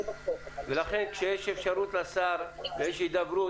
לכן כשיש אפשרות לשר ויש הידברות,